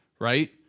right